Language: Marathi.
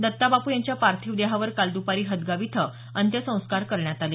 दत्ता बापू यांच्या पार्थिव देहावर काल द्पारी हदगाव इथं अंत्यसंस्कार करण्यात आले